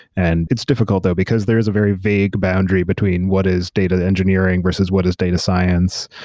and it's difficult though, because there's a very vague boundary between what is data engineering, versus what is data science.